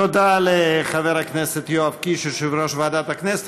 תודה לחבר הכנסת יואב קיש, יושב-ראש ועדת הכנסת.